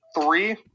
three